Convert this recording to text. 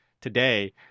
today